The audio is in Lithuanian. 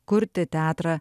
kurti teatrą